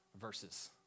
verses